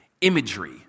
Imagery